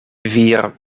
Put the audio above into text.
vier